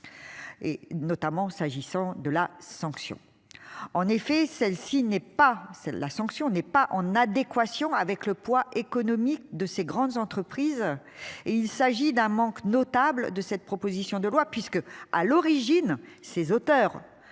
Et notamment s'agissant de la sanction. En effet, celle-ci n'est pas celle la sanction n'est pas en adéquation avec le poids économique de ces grandes entreprises et il s'agit d'un manque notable de cette proposition de loi puisque, à l'origine, ces auteurs